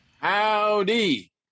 Howdy